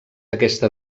aquesta